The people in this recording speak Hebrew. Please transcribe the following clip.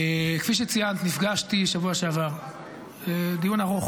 כפי שציינת, נפגשתי בשבוע שעבר לדיון ארוך